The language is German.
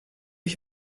ich